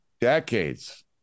decades